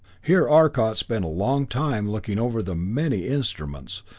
here arcot spent a long time looking over the many instruments,